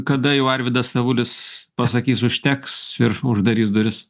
kada jau arvydas avulis pasakys užteks ir uždarys duris